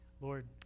Lord